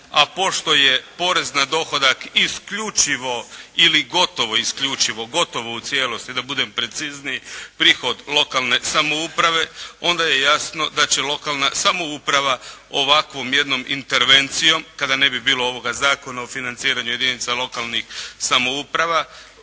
a pošto je porez na dohodak isključivo ili gotovo isključivo, gotovo u cijelosti da budem precizniji prihod lokalne samouprave onda je jasno da će lokalna samouprava ovakvom jednom intervencijom kada ne bi bilo ovoga Zakona o financiranju jedinica lokalnih samouprava.